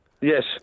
yes